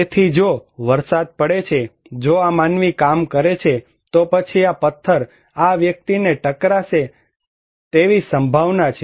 તેથી જો વરસાદ પડે છે જો આ માનવી કામ કરે છે તો પછી આ પથ્થર આ વ્યક્તિને ટકરાશે તેવી સંભાવના છે